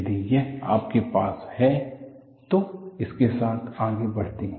यदि यह आपके पास है तो इसके साथ आगे बढ़ते है